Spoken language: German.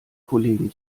kollegen